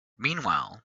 meanwhile